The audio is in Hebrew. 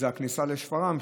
זה הכניסה לשפרעם,